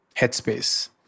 Headspace